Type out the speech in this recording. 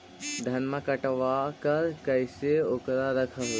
धनमा कटबाकार कैसे उकरा रख हू?